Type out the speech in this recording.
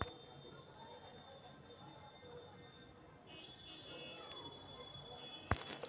महम्मर शहर में कनारा बैंक के ए.टी.एम संख्या में कम हई